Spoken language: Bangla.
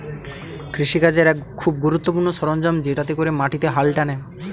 কৃষি কাজের এক খুব গুরুত্বপূর্ণ সরঞ্জাম যেটাতে করে মাটিতে হাল টানে